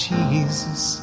Jesus